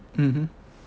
mmhmm